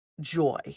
joy